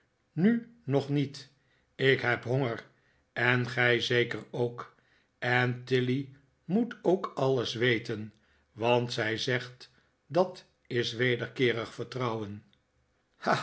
nu nog niet ik heb honger en gij zeker ook en tilly moet ook alles weten want zij zegt dat is wederkeerig vertrouwen